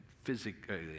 physically